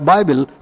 Bible